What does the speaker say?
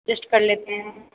adjust कर लेते हैं